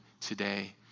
today